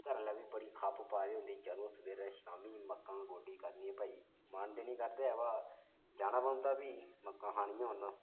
घरै आह्ले बी बड़ी खप्प पाई दी होंदी चलो सवेरै शामी मक्कां गोड्डी करनी ऐ भई मन ते नी करदा ऐ भ्रावा जाना पौंदा फ्ही मक्कां खानियां होन तां